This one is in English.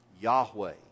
Yahweh